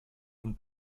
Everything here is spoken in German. von